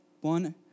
one